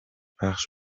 پخش